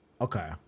Okay